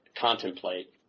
contemplate